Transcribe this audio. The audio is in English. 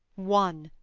one,